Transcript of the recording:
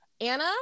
Anna